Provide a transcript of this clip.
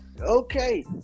okay